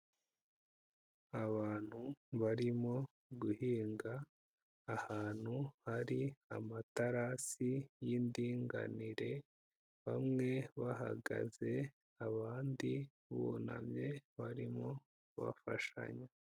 Abantu barimo guhinga ahantu hari amaterasi y'indinganire bamwe bahagaze abandi bunamye barimo kubafashanya.